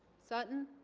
sutton